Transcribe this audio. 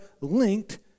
linked